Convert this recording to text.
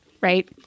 right